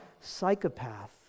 psychopath